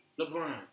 LeBron